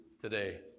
today